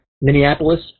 Minneapolis